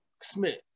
Smith